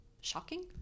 shocking